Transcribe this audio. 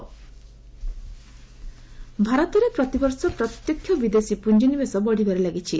India FDI ଭାରତରେ ପ୍ରତିବର୍ଷ ପ୍ରତ୍ୟକ୍ଷ ବିଦେଶୀ ପୁଞ୍ଜି ନିବେଶ ବଢିବାରେ ଲାଗିଛି